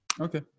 Okay